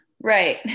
Right